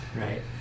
Right